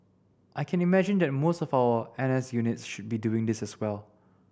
I can imagine that more of our N S units should be doing this as well